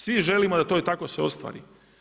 Svi želim da to tako se i ostvari.